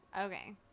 Okay